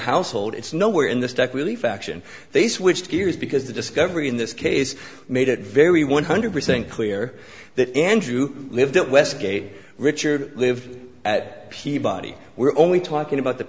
household it's nowhere in this doc really faction they switched gears because the discovery in this case made it very one hundred percent clear that andrew lived at westgate richard lived at peabody we're only talking about the